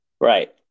Right